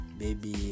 baby